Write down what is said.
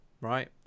right